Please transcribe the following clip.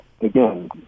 again